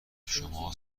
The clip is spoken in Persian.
شماها